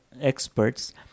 experts